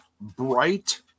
bright